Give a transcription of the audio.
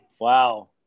Wow